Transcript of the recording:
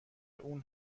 اون